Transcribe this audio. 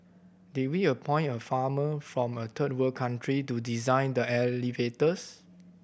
did we appoint a farmer from a third world country to design the elevators